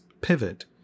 pivot